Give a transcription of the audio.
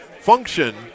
function